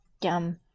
yum